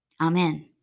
Amen